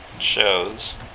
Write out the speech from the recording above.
shows